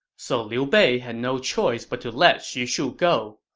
so liu bei had no choice but to let xu shu go.